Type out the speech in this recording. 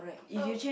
so